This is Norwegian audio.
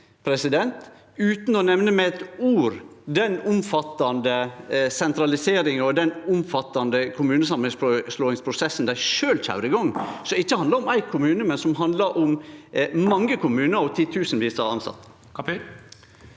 men utan å nemne med eitt ord den omfattande sentraliseringa og den omfattande kommunesamanslåingsprosessen dei sjølve køyrde i gang, som ikkje handla om éin kommune, men som handla om mange kommunar og om titusenvis av tilsette.